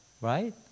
right